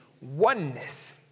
Oneness